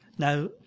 Now